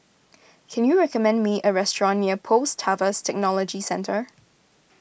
can you recommend me a restaurant near Post Harvest Technology Centre